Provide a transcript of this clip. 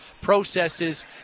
processes